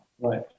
Right